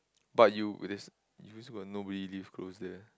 but you there's you also got nobody live close there